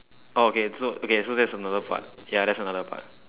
oh okay so okay so that's another part ya that's another part